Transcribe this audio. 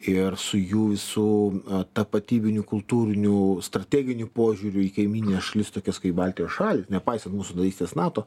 ir su jų visu tapatybiniu kultūriniu strateginiu požiūriu į kaimynines šalis tokias kaip baltijos šalys nepaisant mūsų narystės nato